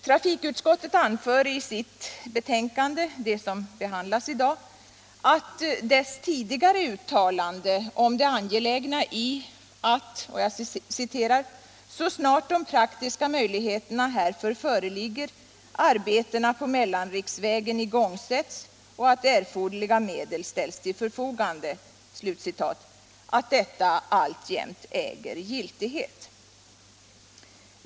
Trafikutskottet anför i sitt betänkande som behandlas i dag att dess tidigare uttalande om det angelägna i att ”så snart de praktiska möjligheterna härför föreligger, arbetena på mellanriksvägen igångsätts och att erforderliga medel ställs till förfogande” alltjämt äger giltighet.